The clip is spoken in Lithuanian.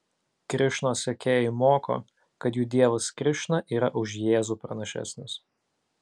krišnos sekėjai moko kad jų dievas krišna yra už jėzų pranašesnis